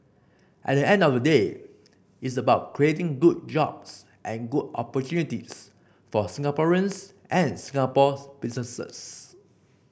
at the end of the day it's about creating good jobs and good opportunities for Singaporeans and Singapore businesses